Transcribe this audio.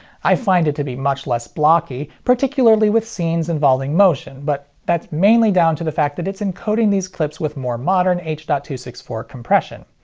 i find it to be much less blocky, particularly with scenes involving motion, but that's mainly down to the fact that it's encoding these clips with more modern h point two six four compression.